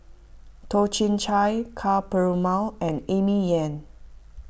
Toh Chin Chye Ka Perumal and Amy Yan